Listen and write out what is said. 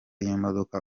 y’imodoka